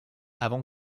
avant